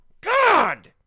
God